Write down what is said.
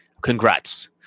congrats